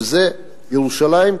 שזה ירושלים,